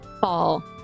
fall